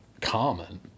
common